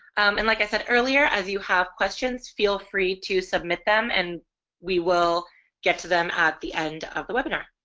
and like i said earlier as you have questions feel free to submit them and we will get to them at the end of the webinar.